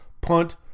Punt